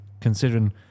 considering